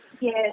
Yes